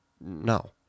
No